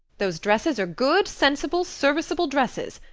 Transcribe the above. those dresses are good, sensible, serviceable dresses,